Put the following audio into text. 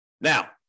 Now